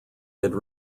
had